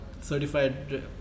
certified